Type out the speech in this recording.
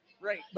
Right